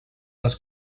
les